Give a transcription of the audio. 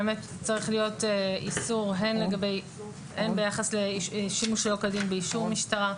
צריך להיות איסור ביחס לשימוש שלא כדין באישור משטרה,